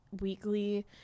weekly